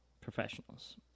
professionals